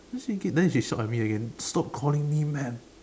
then she keep then she shout at me again stop calling me maam